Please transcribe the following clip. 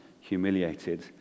humiliated